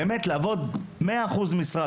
באמת לעבוד מאה אחוז משרה,